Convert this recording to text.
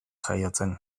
jaiotzen